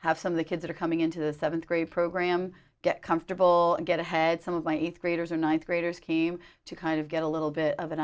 have some of the kids are coming into the seventh grade program get comfortable and get ahead some of my eighth graders are ninth graders key to kind of get a little bit of an